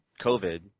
COVID